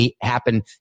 happen